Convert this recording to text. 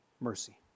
mercy